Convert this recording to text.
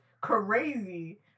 crazy